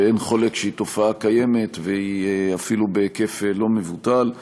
שאין חולק שהיא תופעה קיימת ואפילו בהיקף לא מבוטל,